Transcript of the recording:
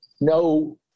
no